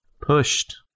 Pushed